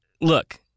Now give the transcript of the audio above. look